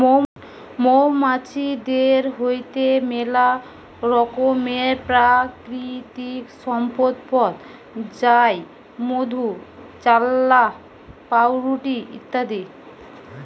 মৌমাছিদের হইতে মেলা রকমের প্রাকৃতিক সম্পদ পথ যায় মধু, চাল্লাহ, পাউরুটি ইত্যাদি